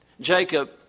Jacob